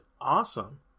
awesome